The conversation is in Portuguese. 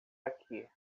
aqui